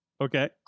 Okay